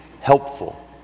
helpful